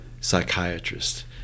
psychiatrist